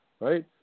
right